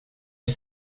hil